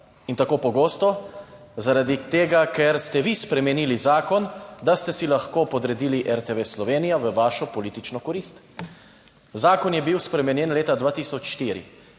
in tako pogosto? Zaradi tega, ker ste vi spremenili zakon, da ste si lahko podredili RTV Slovenija v vašo politično korist. Zakon je bil spremenjen leta 2004.